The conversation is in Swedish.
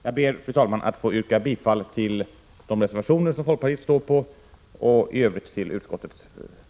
Jag ber, fru talman, att få yrka bifall till de reservationer som folkpartiet ställt sig bakom och i övrigt till utskottets yrkande.